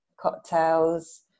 cocktails